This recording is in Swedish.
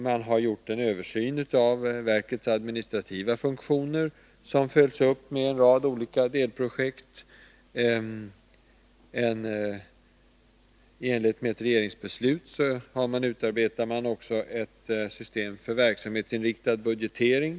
Man har gjort en översyn av verkets administrativa funktioner som följs upp med en rad olika delprojekt. I enlighet med ett regeringsbeslut utarbetar man också ett system för verksamhetsinriktad budgetering.